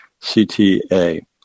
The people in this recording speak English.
CTA